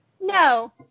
No